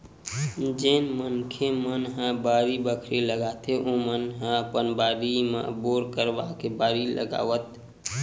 जेन मनखे मन ह बाड़ी बखरी लगाथे ओमन ह अपन बारी म बोर करवाके बारी लगावत